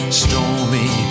stormy